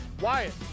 Wyatt